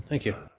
thank you.